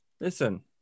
listen